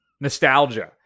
nostalgia